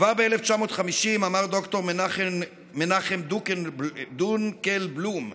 כבר ב-1950 אמר ד"ר מנחם דונקלבלום,